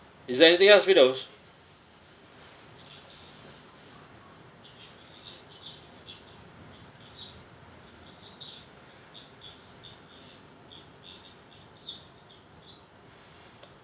is there anything else firdaus